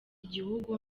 gihugu